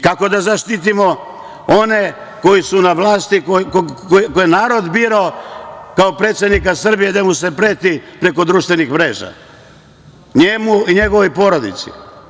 Kako da zaštitimo one koji su na vlasti, koje je narod birao kao predsednika Srbije, gde mu se preti preko društvenih mreža, njemu i njegovoj porodici.